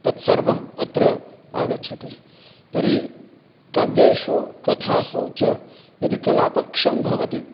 तत्सर्वम् अत्र आगच्छति तर्हि काव्येषु कथासु च यदि कलापक्षं भवति